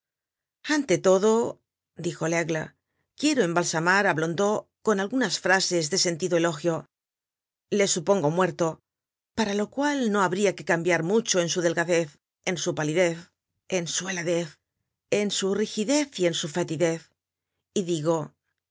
ante todo dijo laigle quiero embalsamar á blondeau con algunas frases de sentido elogio le supongo muerto para lo cual no habria que cambiar mucho en su delgadez en su palidez en su heladez en su rigidez y en su fetidez y digo